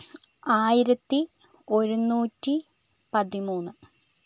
ആയിരത്തി ഒരുനൂറ്റി പതിമൂന്ന്